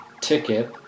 ticket